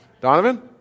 Donovan